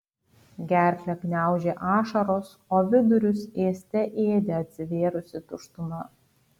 gerklę gniaužė ašaros o vidurius ėste ėdė atsivėrusi tuštuma